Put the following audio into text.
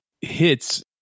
hits